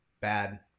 bad